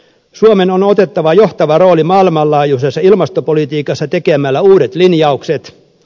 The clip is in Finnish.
suomen on otettava johtava rooli maailmanlaajuisessa ilmastopolitiikassa tekemällä uudet linjaukset